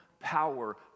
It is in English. power